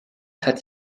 hat